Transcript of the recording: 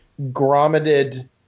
grommeted